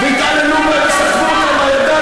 קיבלו מקום לגור בו,